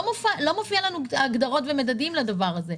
לא מופיעים לנו הגדרות ומדדים לדבר הזה.